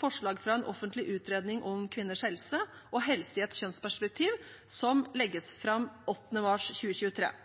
forslag fra en offentlig utredning om kvinners helse og helse i et kjønnsperspektiv, som legges fram 8. mars 2023.